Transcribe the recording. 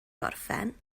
gorffen